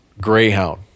greyhound